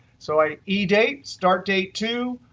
so i edate, start date two,